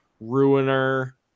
Ruiner